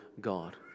God